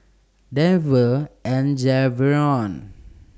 Denver and Javion